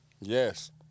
Yes